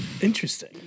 Interesting